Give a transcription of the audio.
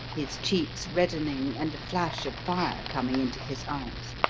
his cheeks reddening and a flash of fire coming into his eyes.